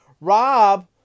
Rob